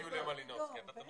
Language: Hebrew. אם יש שאלות ספציפיות, אשמח.